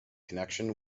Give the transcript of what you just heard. connection